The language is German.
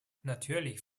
natürlich